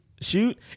shoot